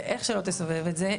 ואיך שלא תסובב את זה,